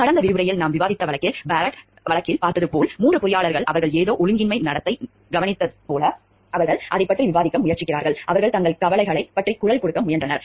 கடந்த விரிவுரையில் நாம் விவாதித்த வழக்கில் BART வழக்கில் பார்த்தது போல் மூன்று பொறியாளர்கள் அவர்கள் ஏதோ ஒழுங்கின்மை நடப்பதைக் கவனித்தபோது அவர்கள் அதைப் பற்றி விவாதிக்க முயற்சிக்கிறார்கள் அவர்கள் தங்கள் கவலைகளைப் பற்றி குரல் கொடுக்க முயன்றனர்